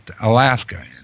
Alaska